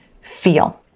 feel